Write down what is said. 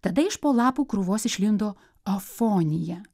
tada iš po lapų krūvos išlindo afonija